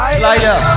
slider